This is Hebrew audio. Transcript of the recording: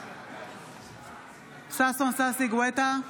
בעד ששון ששי גואטה,